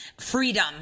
freedom